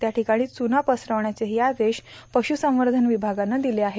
त्या ठिकाणी चूना पसरविण्याचेही आदेश पश्रसंवर्धन विभागानं दिले आहेत